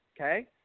okay